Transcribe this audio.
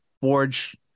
Forge